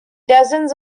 dozens